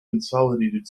consolidated